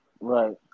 Right